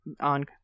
on